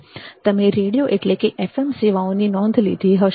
તમે રેડીયો એટલે કે એફએમ સેવાઓની નોંધ લીધી હશે